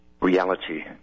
reality